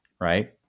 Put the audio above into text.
right